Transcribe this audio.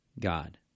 God